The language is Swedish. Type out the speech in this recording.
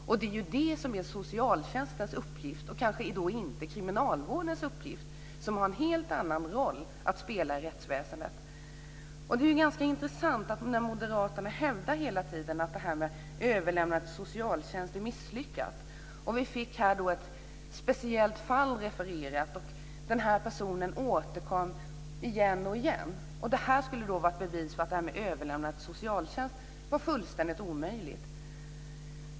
Och det är ju det som är socialtjänstens uppgift och kanske inte kriminalvårdens, som har en helt annan roll att spela i rättsväsendet. Det är ganska intressant att moderaterna hela tiden hävdar att detta med överlämnande till socialtjänst är misslyckat. Vi fick ett speciellt fall refererat. Den här personen återkom igen och igen, vilket skulle vara ett bevis för att överlämnande till socialtjänst var fullständigt omöjligt.